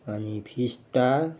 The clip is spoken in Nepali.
अनि फिस्टा